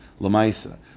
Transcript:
lamaisa